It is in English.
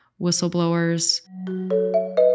whistleblowers